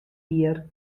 jier